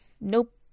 nope